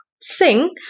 sing